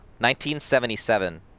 1977